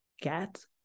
get